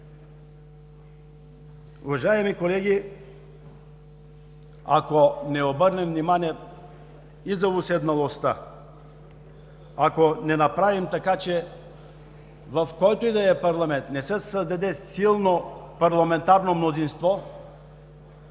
Уважаеми колеги, ако не обърнем внимание и за уседналостта, ако не направим, така че в който и да е парламент не се създаде силно парламентарно мнозинство,